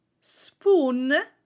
spoon